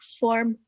form